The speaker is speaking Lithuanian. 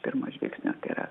pirmo žvilgsnio tai yra